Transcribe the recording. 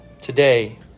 today